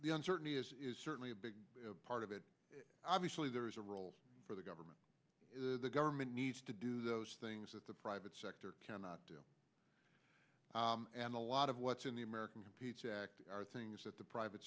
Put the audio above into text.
the uncertainty is certainly a big part of it obviously there is a role for the government the government needs to do those things that the private sector cannot do and a lot of what's in the american people are things that the private